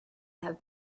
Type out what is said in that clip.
have